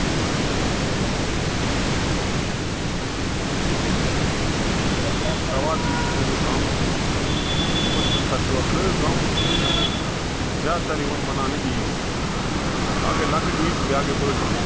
تہٕ بَچہِ وَچہِ آسیٚن تَمام آسیٚن ٹھیٖک تہٕ یُس یہِ تہنٛد یہِ سوال چھُ کہِ تُہنٛدِس گامَس منٛز کُس کُس فیٚسٹِوَل سٲنِس گامَس منٛز ہسا چھِ زیادٕ تَر یِوان مَناونہٕ عیٖد اَکھ گٔے لۄکٕٹ عیٖد تہٕ بیٛاکھ گٔے بٔڑ عیٖد